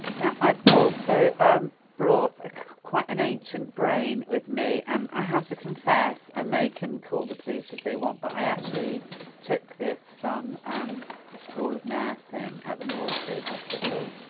now, i've also brought quite an ancient brain with me, and i have to confess and they can call the police if they want but i actually took this from um the school of nursing at the maudsley hospital,